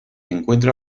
encuentra